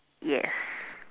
yes